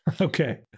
Okay